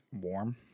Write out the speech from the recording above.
warm